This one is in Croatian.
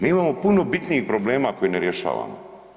Mi imamo puno bitnijih problema koje ne rješavamo.